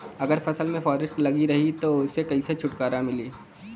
अगर फसल में फारेस्ट लगल रही त ओस कइसे छूटकारा मिली?